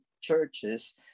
churches